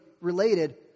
related